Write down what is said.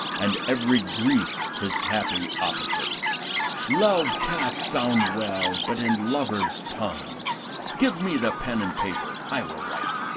and every grief his happy opposite love cannot sound well but in lover's tongues give me the pen and paper, i will write.